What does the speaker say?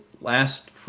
last –